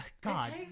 God